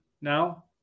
now